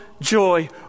joy